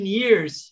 years